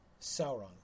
Sauron